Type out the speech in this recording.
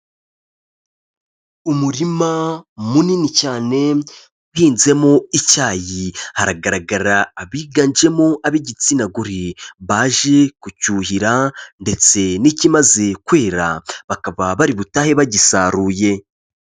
Umurima munini cyane uhinzemo icyayi, haragaragara abiganjemo ab'igitsina gore, baje kucyuhira ndetse n'ikimaze kwera, bakaba bari butahe bagisaruye.